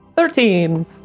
Thirteen